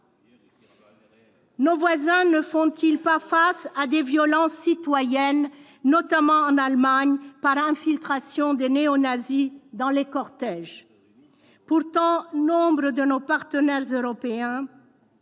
Nos voisins ne font-ils pas face à des violences citoyennes, notamment en Allemagne avec l'infiltration de néonazis dans les cortèges ? Pourtant, nombre de nos partenaires européens